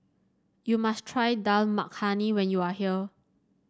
you must try Dal Makhani when you are here